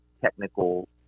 technical